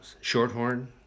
Shorthorn